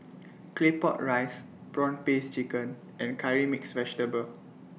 Claypot Rice Prawn Paste Chicken and Curry Mixed Vegetable